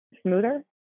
smoother